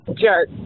Jerk